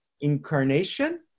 incarnation